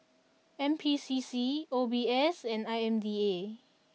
N P C C O B S and I M D A